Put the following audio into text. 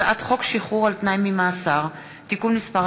הצעת חוק שחרור על-תנאי ממאסר (תיקון מס'